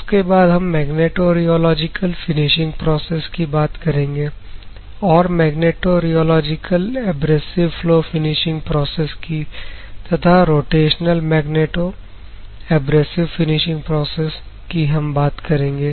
उसके बाद हम मैग्नेटोियोलॉजिकल फिनिशिंग प्रोसेस की बात करेंगे और magnetorheological abrasive flow finishing process की तथा rotational magneto abrasive finishing process कि हम बात करेंगे